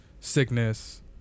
sickness